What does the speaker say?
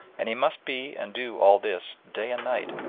and he must be and do all this day and night,